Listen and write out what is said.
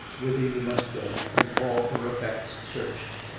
whither you must go, and all her effects searched.